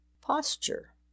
Posture